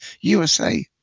USA